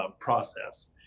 process